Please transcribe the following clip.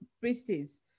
priestess